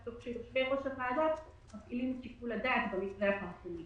תוך שיושבי-ראש הוועדות מפעילים שיקול דעת במקרה הפרטני.